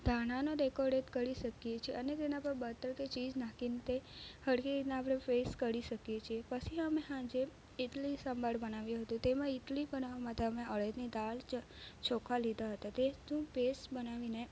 ધાણાનો decorate કરી શકીએ છે અને તેના પર બટર કે ચીજ નાખીને તે હરખી રીત ના આપણે ફેસ કરી શકીએ છીએ પછી અમે સાંજે ઈડલી સંભાર બનાવ્યો હતો તેમાં ઈટલી બનાવવા માટે અડદની દાળ ચોખા લીધા હતા તેનું પેસ્ટ બનાવીને